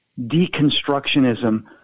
deconstructionism